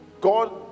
God